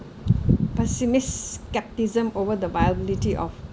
pessimist scepticism over the viability of